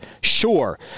Sure